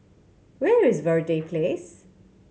where is Verde Place